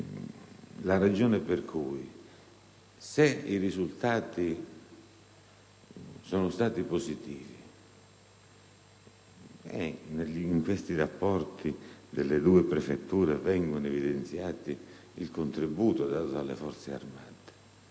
la ragione per cui, se i risultati sono stati positivi (e nei rapporti delle due prefetture viene evidenziato il contributo dato dalle Forze armate)